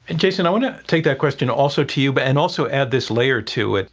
and jason, i want to take that question also to you but and also add this layer to it.